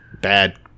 bad